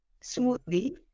smoothly